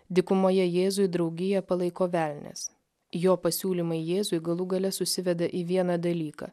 dykumoje jėzui draugiją palaiko velnias jo pasiūlymai jėzui galų gale susiveda į vieną dalyką